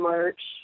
March